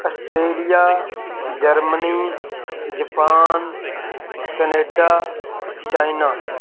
Australia Germany Japan Canada China